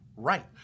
Right